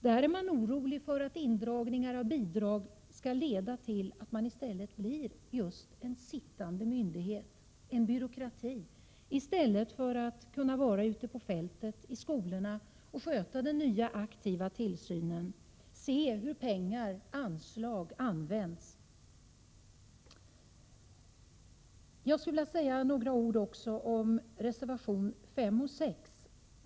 Där är man orolig för att indragningar av bidrag skall leda till att länsskolnämnden blir en sittande myndighet, en byråkrati, i stället för att vara ute på fältet, iskolorna, och sköta den nya aktiva tillsynen, se hur pengar, anslag, används. Jag skulle också vilja säga några ord om reservationerna 5 och 6.